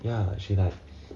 ya she like